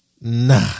Nah